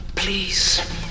Please